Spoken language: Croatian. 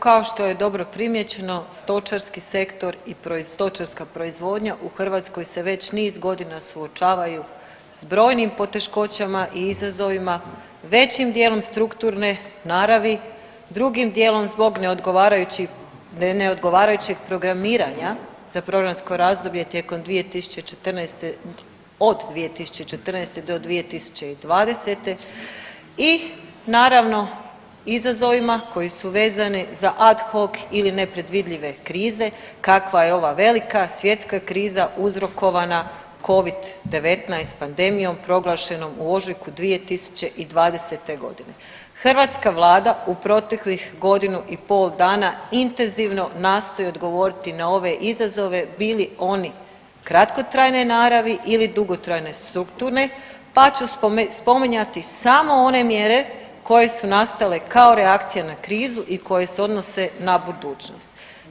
Kao što je dobro primijećeno, stočarski sektor i stočarska proizvodnja u Hrvatskoj se već niz godina suočavaju s brojnim poteškoćama i izazovima većim dijelom strukturne naravi, drugim dijelom zbog neodgovarajućeg programiranja za programsko razdoblje tijekom 2014., od 2014. do 2020. i naravno, izazovima koji su vezani za ad hoc ili nepredvidljive krize kakva je ova velika svjetska kriza uzrokovana Covid-19 pandemijom proglašenom u ožujku 2020. g. Hrvatska Vlada u proteklih godinu i pol dana intenzivno nastoji odgovoriti na ove izazove bili oni kratkotrajne naravi ili dugotrajne strukturne, pa ću spominjati samo one mjere koje su nastale kao reakcija na krizu i koje se odnose na budućnost.